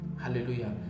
hallelujah